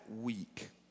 week